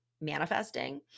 manifesting